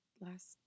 last